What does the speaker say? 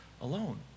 Alone